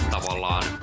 ...tavallaan